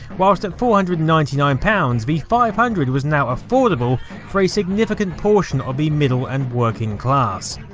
whilst at four hundred and ninety nine pounds, the five hundred was now affordable for a significant portion of the middle and working class.